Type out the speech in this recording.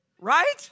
Right